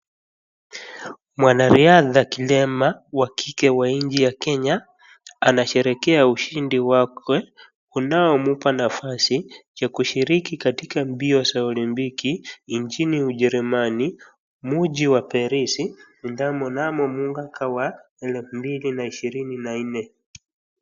Mwanariadha kilema wa kike wa nchi ya Kenya anasherehekea ushindi wake unaompa nafasi ya kushiriki katika mbio za olympiki nchini Ujerumani mji wa Perisi. Mnamo mwaka wa elfu mbili n aishirini na nne.